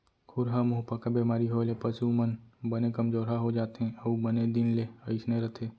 खुरहा मुहंपका बेमारी होए ले पसु मन बने कमजोरहा हो जाथें अउ बने दिन ले अइसने रथें